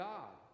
God